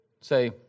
say